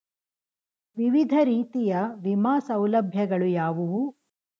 ವಿವಿಧ ರೀತಿಯ ವಿಮಾ ಸೌಲಭ್ಯಗಳು ಯಾವುವು?